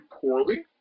poorly